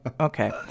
okay